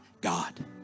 God